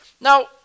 now